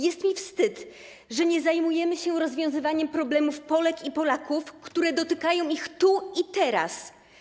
Jest mi wstyd, że nie zajmujemy się rozwiązywaniem problemów Polek i Polaków, które dotykają ich tu i teraz.